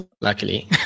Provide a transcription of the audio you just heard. luckily